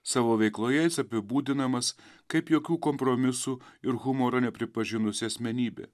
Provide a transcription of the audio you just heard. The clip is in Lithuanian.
savo veikloje jis apibūdinamas kaip jokių kompromisų ir humoro nepripažinusi asmenybė